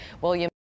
William